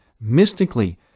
mystically